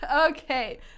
Okay